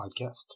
Podcast